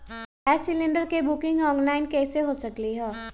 Gas cylinder के booking online कईसे हो सकलई ह?